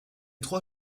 trois